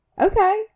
Okay